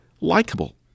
likable